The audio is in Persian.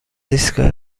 ایستگاه